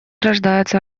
рождается